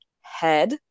head